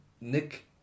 Nick